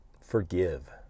forgive